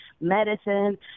medicine